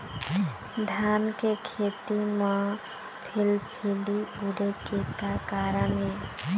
धान के खेती म फिलफिली उड़े के का कारण हे?